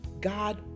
God